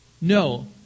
No